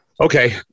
Okay